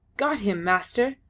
got him, master!